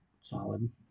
solid